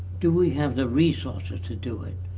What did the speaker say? do we have the resources to do it?